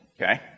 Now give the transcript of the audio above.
okay